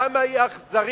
כמה היא אכזרית,